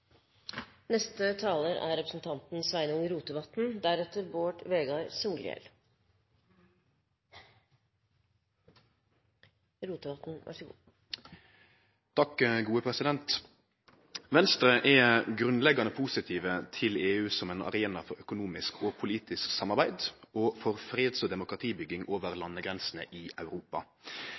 Venstre er vi grunnleggjande positive til EU som ein arena for økonomisk og politisk samarbeid og for freds- og demokratibygging over landegrensene i Europa.